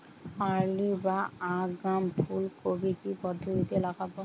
Early বা আগাম ফুল কপি কি পদ্ধতিতে লাগাবো?